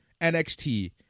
NXT